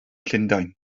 llundain